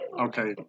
Okay